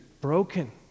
broken